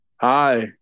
Hi